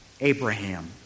Abraham